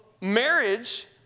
marriage